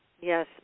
Yes